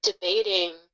debating